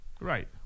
Right